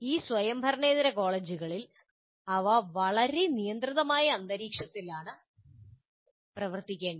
ഈ സ്വയംഭരണേതര കോളേജുകളിൽ അവ വളരെ നിയന്ത്രിതമായ അന്തരീക്ഷത്തിലാണ് പ്രവർത്തിക്കേണ്ടത്